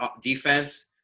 defense